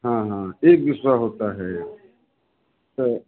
हाँ हाँ एक बीसवाँ होता है तो